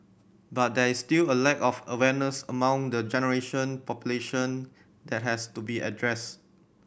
but there is still a lack of awareness among the generation population that has to be addressed